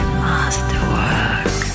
masterwork